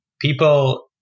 people